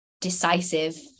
decisive